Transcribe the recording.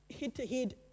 head-to-head